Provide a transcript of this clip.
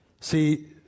See